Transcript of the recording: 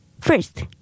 First